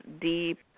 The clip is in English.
deep